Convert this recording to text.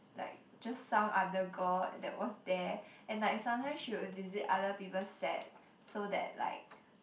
like just some other girl that was there and like sometimes she would visit other people's set so that like